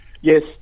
Yes